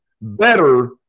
better